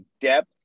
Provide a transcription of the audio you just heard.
depth